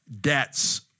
debts